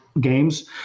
games